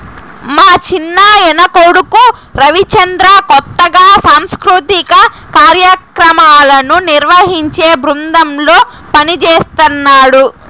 మా చిన్నాయన కొడుకు రవిచంద్ర కొత్తగా సాంస్కృతిక కార్యాక్రమాలను నిర్వహించే బృందంలో పనిజేస్తన్నడు